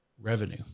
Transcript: revenue